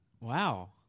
Wow